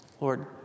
Lord